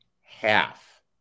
half